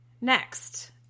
next